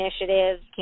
initiatives